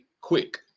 quick